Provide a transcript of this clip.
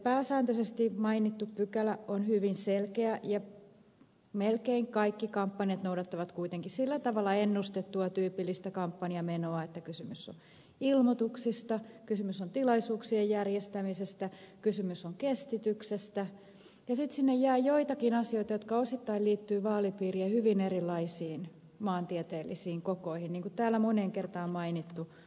pääsääntöisesti mainittu pykälä on hyvin selkeä ja melkein kaikki kampanjat noudattavat kuitenkin sillä tavalla ennustettuja tyypillisiä kampanjamenoja että kysymys on ilmoituksista kysymys on tilaisuuksien järjestämisestä kysymys on kestityksestä ja sitten sinne jää joitakin asioita jotka osittain liittyvät vaalipiiriin ja hyvin erilaisiin maantieteellisiin kokoihin niin kuin täällä moneen kertaan mainittu kuljetus